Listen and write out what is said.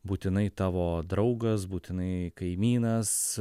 būtinai tavo draugas būtinai kaimynas